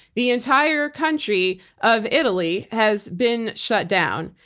the entire country of italy has been shut down.